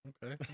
Okay